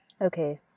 Okay